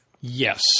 Yes